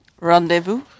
Rendezvous